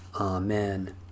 Amen